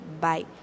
Bye